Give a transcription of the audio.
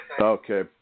Okay